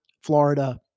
Florida